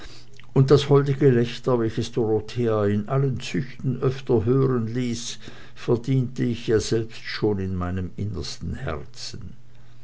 und das holde gelächter welches dorothea in allen züchten öfter hören ließ verdiente ich ja selbst schon in meinem innersten herzen